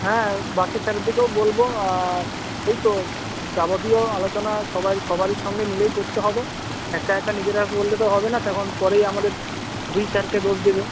হ্যাঁ বাকি স্যারেদেরকেও বলব আর এই তো যাবতীয় আলোচনা সবারই সবারই সঙ্গে মিলেই করতে হবে একা একা নিজেরা করলে তো হবে না তখন পরেই আমাদের দুই স্যারকে দোষ দেবে